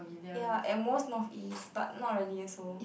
ya at most North East but not really also